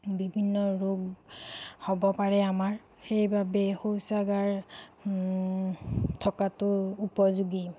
বিভিন্ন ৰোগ হ'ব পাৰে আমাৰ সেইবাবেই শৌচাগাৰ থকাটো উপযোগী